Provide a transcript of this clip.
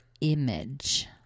image